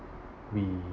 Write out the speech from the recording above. we